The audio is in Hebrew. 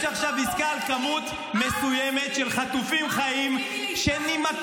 עכשיו עסקה על כמות מסוימת של חטופים חיים שנמקים,